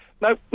No